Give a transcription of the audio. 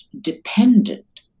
dependent